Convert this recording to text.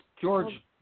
George